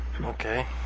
Okay